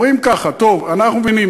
אומרים כך: טוב, אנחנו מבינים.